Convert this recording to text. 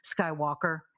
Skywalker